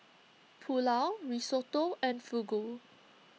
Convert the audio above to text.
Pulao Risotto and Fugu